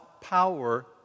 power